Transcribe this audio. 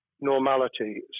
normality